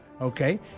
okay